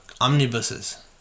omnibuses